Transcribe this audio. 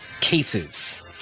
cases